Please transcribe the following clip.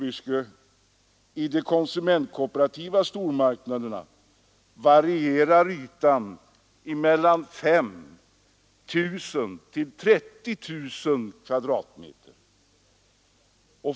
I de konsumentkooperativa stormarknaderna, herr Gustafsson i Byske, varierar ytan mellan 5 000 och 30 000 m?.